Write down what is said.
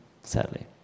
sadly